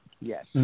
Yes